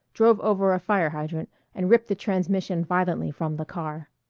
drove over a fire-hydrant and ripped the transmission violently from the car.